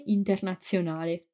Internazionale